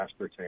aspartame